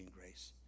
grace